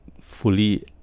fully